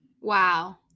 Wow